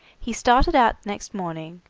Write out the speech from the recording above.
he started out next morning,